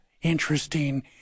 interesting